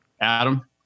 adam